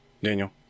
Daniel